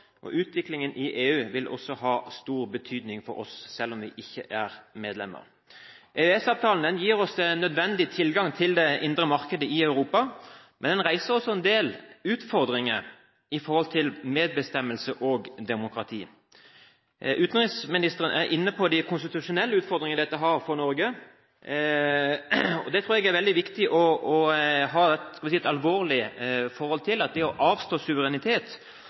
og EØS-saker. Norge er en del av Europa. Utviklingen i EU vil også ha stor betydning for oss, selv om vi ikke er medlem. EØS-avtalen gir oss nødvendig tilgang til det indre markedet i Europa. Men den reiser også en del utfordringer i forhold til medbestemmelse og demokrati. Utenriksministeren er inne på de konstitusjonelle utfordringene dette har for Norge. Jeg tror det er veldig viktig å ha et alvorlig forhold til at det å avstå suverenitet